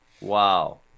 wow